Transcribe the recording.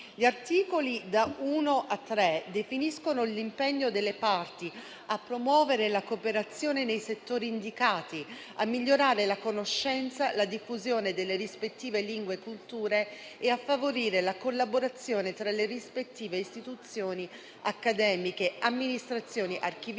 Gli articoli da 1 a 3 definiscono l'impegno delle parti a promuovere la cooperazione nei settori indicati, a migliorare la conoscenza e la diffusione delle rispettive lingue e culture e a favorire la collaborazione tra le rispettive istituzioni accademiche, amministrazioni archivistiche,